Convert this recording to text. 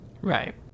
Right